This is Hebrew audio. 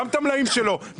גם את המלאים שלו,